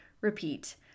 repeat